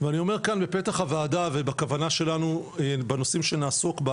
ואני אומר כאן בפתח הוועדה ובכוונה שלנו בנושאים שנעסוק בה